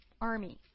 army